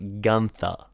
Gunther